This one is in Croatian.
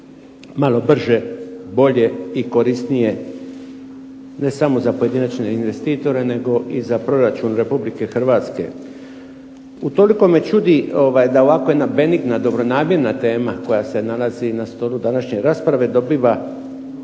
malo brže, bolje i korisnije ne samo za pojedinačne investitore nego i za proračun Republike Hrvatske. Utoliko me čudi da ovako jedna benigna, dobronamjerna tema koja se nalazi na stolu današnje rasprave dobiva